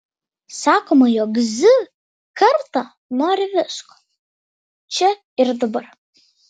sakoma jog z karta nori visko čia ir dabar